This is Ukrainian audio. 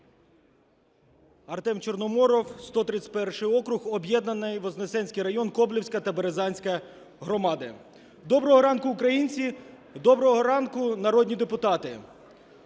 Артем Чорноморов, 131 округ, об'єднаний Вознесенський район, Коблівська та Березанська громада. Доброго ранку, українці. Доброго ранку, народні депутати.